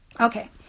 Okay